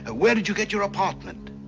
ah where did you get your apartment?